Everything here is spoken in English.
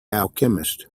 alchemist